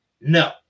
No